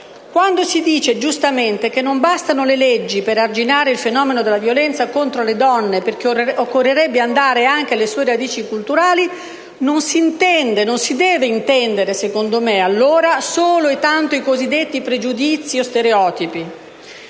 Quando si dice, e giustamente, che non bastano le leggi per arginare il fenomeno della violenza contro le donne, perché occorrerebbe andare anche alle sue radici culturali, non si deve intendere secondo me allora solo e tanto i cosiddetti pregiudizi o stereotipi.